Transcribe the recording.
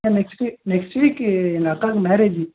sir next next வீக்கு எங்கள் அக்காவுக்கு மேரேஜி